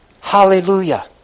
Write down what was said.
Hallelujah